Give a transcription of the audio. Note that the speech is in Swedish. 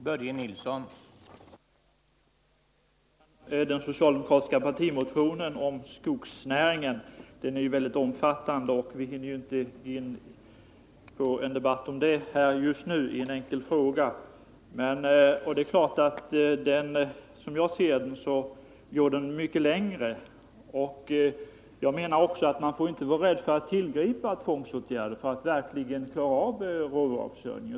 Herr talman! Den socialdemokratiska partimotionen om skogsnäringen är mycket omfattande, och vi kan naturligtvis inte gå in på en debatt om hela detta ämne just nu i samband med min fråga. Men som jag ser det går de förslag som framförs i motionen mycket längre, och enligt min mening får man inte vara rädd för att tillgripa tvångsåtgärder för att verkligen klara av råvaruförsörjningen.